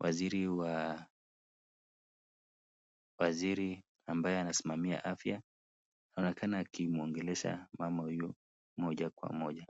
waziri wa waziri ambaye anasimamia afya, anaonekana akimuongelesha mama huyo moja kwa moja.